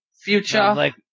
Future